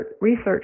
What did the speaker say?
research